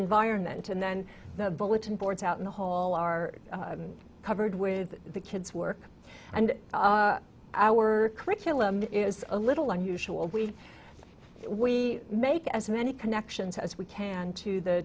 environment and then the bulletin boards out in the hall are covered with the kids work and our curriculum is a little unusual believe we make as many connections as we can to the